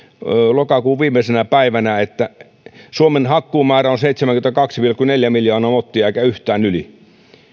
lokakuun viimeisenä päivänä että suomen hakkuumäärä on seitsemänkymmentäkaksi pilkku neljä miljoonaa mottia eikä yhtään yli